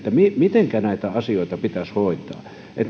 mitenkä näitä asioita pitäisi hoitaa